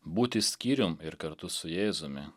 būti skyrium ir kartu su jėzumi